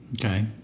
Okay